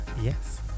Yes